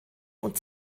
und